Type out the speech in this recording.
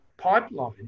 pipeline